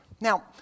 Now